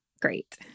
great